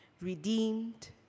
Redeemed